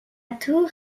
tour